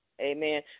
Amen